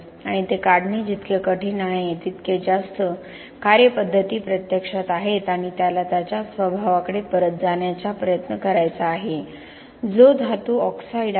आणि ते काढणे जितके कठीण आहे तितके जास्त कार्यपद्धती प्रत्यक्षात आहेत आणि त्याला त्याच्या स्वभावाकडे परत जाण्याचा प्रयत्न करायचा आहे जो धातू ऑक्साईड आहे